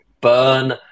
burn